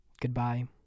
Goodbye